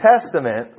Testament